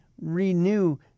renew